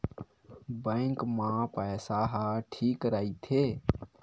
Bank मा पईसा ह ठीक राइथे?